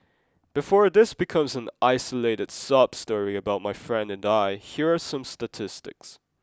before this becomes an isolated sob story about my friend and I here are some statistics